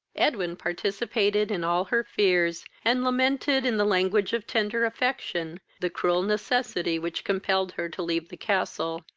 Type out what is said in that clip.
edwin participated in all her fears, and lamented, in the language of tender affection, the cruel necessity which compelled her to leave the castle,